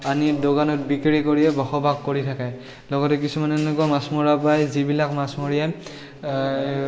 আনি দোকানত বিক্ৰী কৰিয়ে বসবাস কৰি থাকে লগতে কিছুমান এনেকুৱা মাছমৰীয়া পায় যিবিলাক মাছ মৰীয়াই